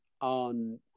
on